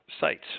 sites